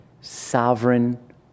sovereign